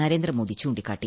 നരേന്ദ്രമോദി ചൂണ്ടിക്കാട്ടി